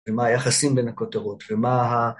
ומה היחסים בין הכותרות ומה ה...